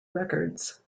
records